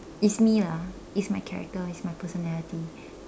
it's me lah it's my character it's my personality